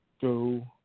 go